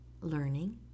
learning